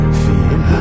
feel